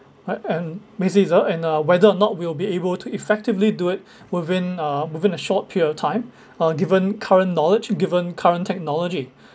right and basically is uh and uh whether or not we will be able to effectively do it within uh within a short period of time uh given current knowledge given current technology